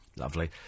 Lovely